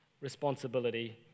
responsibility